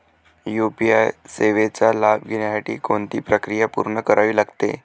UPI सेवेचा लाभ घेण्यासाठी कोणती प्रक्रिया पूर्ण करावी लागते?